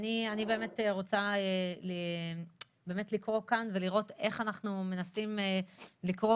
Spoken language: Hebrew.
אני רוצה לקרוא כאן ולראות איך אנחנו מנסים לכרוך